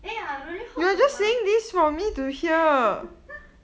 eh I really hope that my